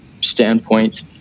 standpoint